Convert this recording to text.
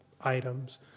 items